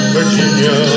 Virginia